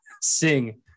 sing